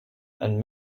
and